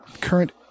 current